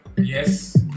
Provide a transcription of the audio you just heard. Yes